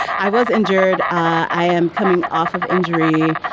i was injured. i am coming off of injury.